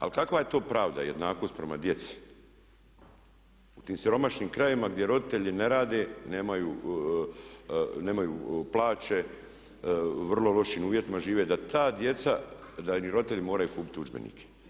Ali kakva je to pravda i jednakost prema djeci u tim siromašnim krajevima gdje roditelji ne rade, nemaju plaće, u vrlo lošim uvjetima žive da ta djeca, da im roditelji moraju kupit udžbenike.